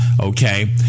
Okay